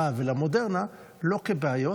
לסביבה ולחברה ולמודרנה לא כאל בעיות,